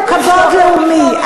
יש לנו כבוד לאומי.